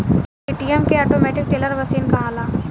ATM के automatic teller machine कहाला